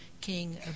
king